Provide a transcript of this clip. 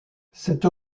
cette